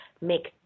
make